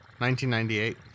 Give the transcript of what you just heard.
1998